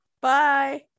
Bye